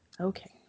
okay